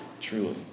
Truly